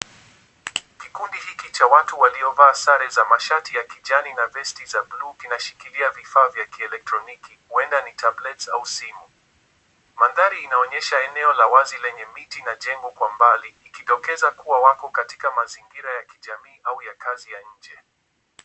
Kikundi hiki cha watu waliovaa sare za mashati ya kijani na vesti za bluu, kinashikilia vifaa vya kielektroniki huenda ni tablets au simu. Mandhari inaonyesha eneo la wazi lenye miti na jengo kwa mbali ikidokeza kuwa wako katika mazingira ya kijamii au ya kazi ya nje.